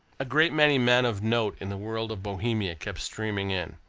a great many men of note in the world of bohemia kept streaming in.